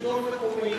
שלטון מקומי,